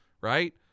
right